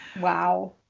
wow